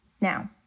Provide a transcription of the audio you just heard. Now